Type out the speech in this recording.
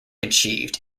achieved